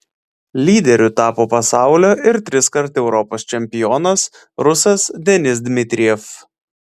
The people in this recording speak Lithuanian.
lyderiu tapo pasaulio ir triskart europos čempionas rusas denis dmitrijev